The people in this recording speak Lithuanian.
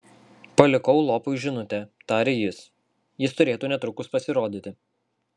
palikau lopui žinutę tarė jis jis turėtų netrukus pasirodyti